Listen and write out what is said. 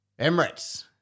Emirates